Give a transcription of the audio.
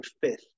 fifth